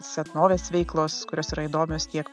senovės veiklos kurios yra įdomios tiek